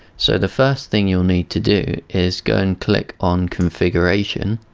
so the first thing you'll need to do is go and click on configuration